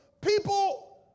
people